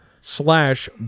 slash